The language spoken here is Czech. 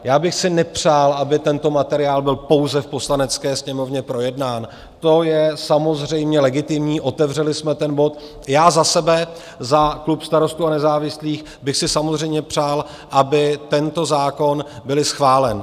Já bych si nepřál, aby tento materiál byl pouze v Poslanecké sněmovně projednán to je samozřejmě legitimní, otevřeli jsme ten bod já za sebe, za klub Starostů a nezávislých, bych si samozřejmě přál, aby tento zákon byl schválen.